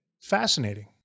Fascinating